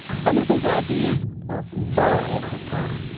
some of his ideas were far ahead of his time